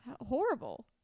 horrible